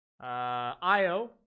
Io